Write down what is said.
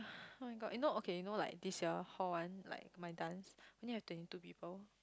[oh]-my-god you know okay you know like this your hall one like my dance only have twenty two people